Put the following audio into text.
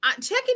checking